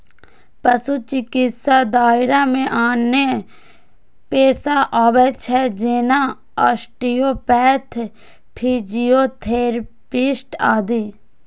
पशु चिकित्साक दायरा मे आनो पेशा आबै छै, जेना आस्टियोपैथ, फिजियोथेरेपिस्ट आदि